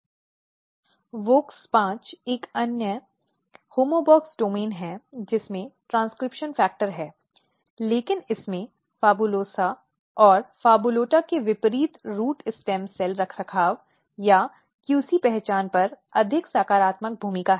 WOX5 एक अन्य homeobox domain है जिसमें ट्रांसक्रिप्शन कारक है लेकिन इसमें PHABULOSA और PHABULOTA के विपरीत रूट स्टेम सेल रखरखाव या QC पहचान पर अधिक सकारात्मक भूमिका है